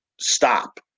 stop